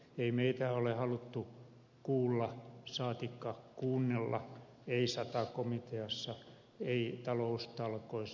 ei meitä ole haluttu kuulla saatikka kuunnella ei sata komiteassa ei taloustalkoissa